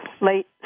late